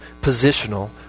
positional